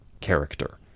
character